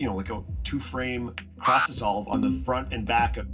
you know like a two frame cross dissolve on the front and back ah